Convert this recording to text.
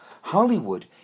Hollywood